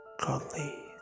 godly